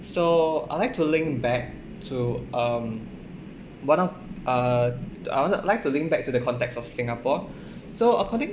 so I like to link back to um but not uh to uh I would like to link back to the context of singapore so according